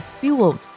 fueled